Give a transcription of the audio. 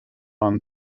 and